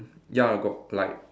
ya got like